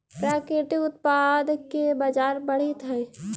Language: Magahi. प्राकृतिक उत्पाद के बाजार बढ़ित हइ